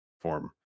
form